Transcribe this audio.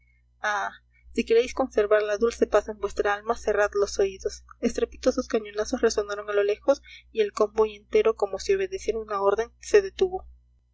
ah si queréis conservar la dulce paz en vuestra alma cerrad los oídos estrepitosos cañonazos resonaron a lo lejos y el convoy entero como si obedeciera una orden se detuvo